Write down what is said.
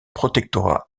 protectorat